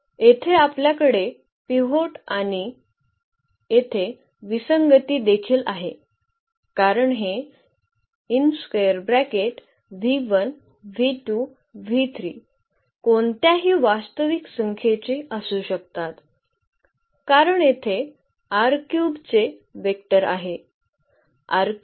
येथे आपल्याकडे पिव्होट आहे आणि येथे विसंगती देखील आहे कारण हे कोणत्याही वास्तविक संख्येचे असू शकतात कारण येथे चे वेक्टर आहे